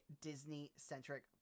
Disney-centric